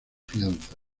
fianza